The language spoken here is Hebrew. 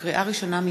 לקריאה ראשונה,